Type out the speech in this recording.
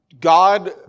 God